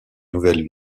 nouvelles